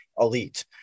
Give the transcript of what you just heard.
elite